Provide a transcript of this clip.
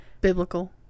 Biblical